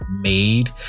made